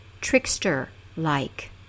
trickster-like